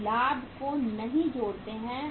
हम लाभ को नहीं जोड़ते हैं